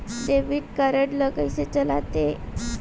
Debit card ला कइसे चलाते?